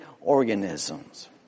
organisms